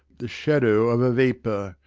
the shadow of a vapour.